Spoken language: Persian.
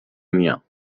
میام